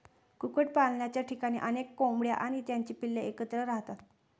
कुक्कुटपालनाच्या ठिकाणी अनेक कोंबड्या आणि त्यांची पिल्ले एकत्र राहतात